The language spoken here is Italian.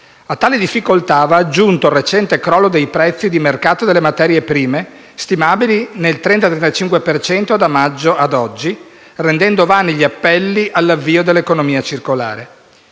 A tale difficoltà va aggiunto il recente crollo dei prezzi di mercato delle materie prime, stimabili nel 30-35 per cento da maggio ad oggi, rendendo vani gli appelli all'avvio dell'economia circolare.